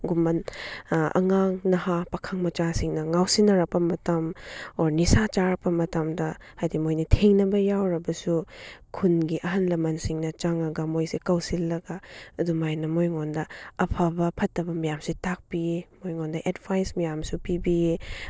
ꯒꯨꯝꯕ ꯑꯉꯥꯡ ꯅꯍꯥ ꯄꯥꯈꯪ ꯃꯆꯥꯁꯤꯡꯅ ꯉꯥꯎꯁꯤꯟꯅꯔꯛꯄ ꯃꯇꯝ ꯑꯣꯔ ꯅꯤꯁꯥ ꯆꯥꯔꯛꯄ ꯃꯇꯝꯗ ꯍꯥꯏꯗꯤ ꯃꯣꯏꯅ ꯊꯦꯡꯅꯕ ꯌꯥꯎꯔꯒꯁꯨ ꯈꯨꯟꯒꯤ ꯑꯍꯜ ꯂꯃꯟꯁꯤꯡꯅ ꯆꯪꯉꯒ ꯃꯣꯏꯁꯦ ꯀꯧꯁꯤꯜꯂꯒ ꯑꯗꯨꯃꯥꯏꯅ ꯃꯣꯏꯉꯣꯟꯗ ꯑꯐꯕ ꯐꯠꯇꯕ ꯃꯌꯥꯝꯁꯦ ꯇꯥꯛꯄꯤ ꯃꯈꯣꯏꯉꯣꯟꯗ ꯑꯦꯠꯚꯥꯏꯁ ꯃꯌꯥꯝꯁꯨ ꯄꯤꯕꯤꯌꯦ